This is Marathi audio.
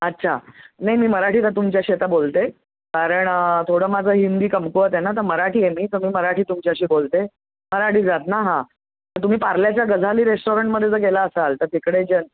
अच्छा नाही मी मराठीत तुमच्याशी आता बोलते कारण थोडं माझं हिंदी कमकुवत आहे ना तर मराठी आहे मी तर मी मराठी तुमच्याशी बोलते मराठीच आहात न हां तर तुम्ही पार्ल्याच्या गझाली रेस्टॉरंटमध्ये जर गेला असाल तर तिकडे जे